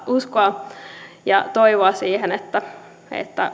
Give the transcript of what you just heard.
uskoa ja toivoa siihen että että